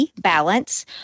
balance